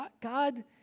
God